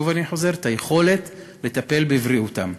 שוב, אני חוזר: היכולת לטפל בבריאותם.